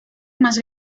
más